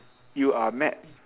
you are mad